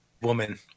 woman